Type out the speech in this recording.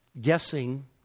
guessing